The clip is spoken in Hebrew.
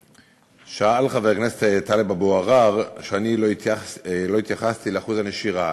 אמר חבר הכנסת טלב אבו עראר שאני לא התייחסתי לאחוז הנשירה.